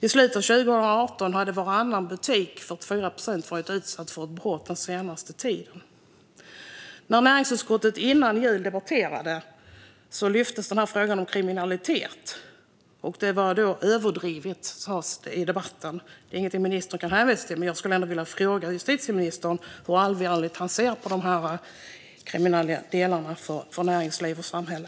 I slutet av 2018 hade nästan varannan butik, 44 procent, varit utsatt för ett brott den senaste tiden. När näringsutskottet debatterade före jul lyftes frågan om kriminalitet fram. Det sas då i debatten att det var överdrivet. Det är inte något som ministern kan hänvisa till. Jag skulle ändå vilja fråga justitieministern hur allvarligt han ser på de kriminella delarnas effekter på näringsliv och samhälle.